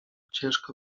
ciężko